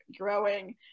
growing